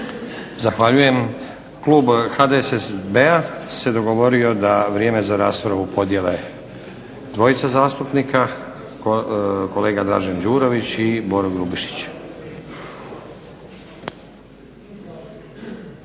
Zahvaljujem. Klub HDSSB-a se dogovorio da vrijeme za raspravu podijele dvojca zastupnika kolega Dražen Đurović i Boro Grubišić.